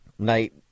Knight